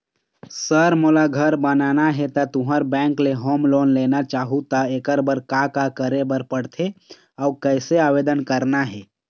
Sir मोला घर बनाना हे ता तुंहर बैंक ले होम लोन लेना चाहूँ ता एकर बर का का करे बर पड़थे अउ कइसे आवेदन करना हे?